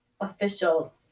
official